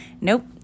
Nope